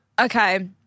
Okay